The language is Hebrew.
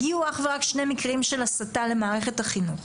הגיעו אך ורק שני מקרים של הסתה למערכת החינוך.